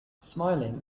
smiling